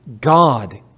God